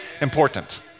important